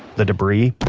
the debris,